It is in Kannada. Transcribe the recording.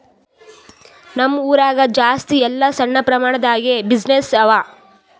ನಮ್ ಊರಾಗ ಜಾಸ್ತಿ ಎಲ್ಲಾ ಸಣ್ಣ ಪ್ರಮಾಣ ದಾಗೆ ಬಿಸಿನ್ನೆಸ್ಸೇ ಅವಾ